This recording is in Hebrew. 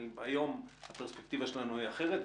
היום הפרספקטיבה שלנו היא אחרת.